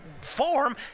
form